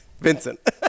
Vincent